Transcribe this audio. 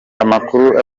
amakuru